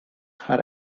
her